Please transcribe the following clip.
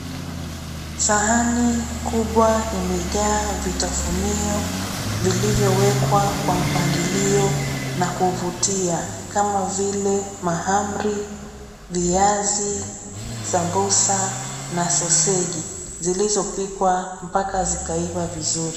Sahani kubwa imejaa vitafunio vilivyowekwa kwa mpangilio na kuvutia kama vile mahamri, viazi, sambusa na soseji zilizopikwa mpaka zikaiva vizuri.